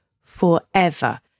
forever